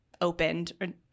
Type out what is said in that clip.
opened